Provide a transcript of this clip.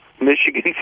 Michigan